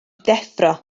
ddeffro